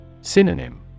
Synonym